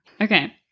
okay